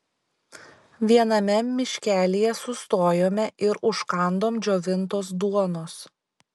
viename miškelyje sustojome ir užkandom džiovintos duonos